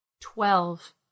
Twelve